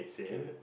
okay